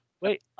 Wait